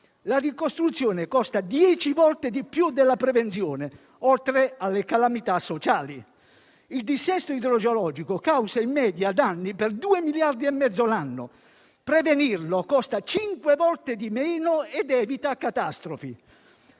La ricostruzione costa dieci volte di più della prevenzione, oltre alle calamità sociali. Il dissesto idrogeologico causa in media danni per 2 miliardi e mezzo l'anno; prevenirlo costa cinque volte di meno ed evita catastrofi.